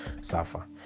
suffer